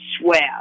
swear